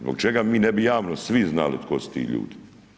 Zbog čega mi ne bi javno svi znali tko su ti ljudi?